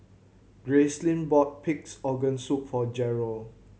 Gracelyn bought Pig's Organ Soup for Jeryl